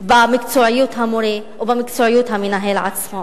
במקצועיות המורה או במקצועיות המנהל עצמו,